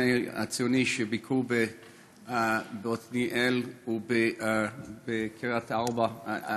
הציוני שביקרו בעתניאל ובקריית-ארבע.